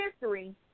history